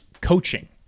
coaching